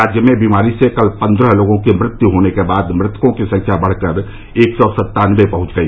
राज्य में बीमारी से कल पन्द्रह लोगों की मृत्यु होने के बाद मृतकों की संख्या बढ़कर एक सौ सत्तानबे पहुंच गई